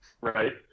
Right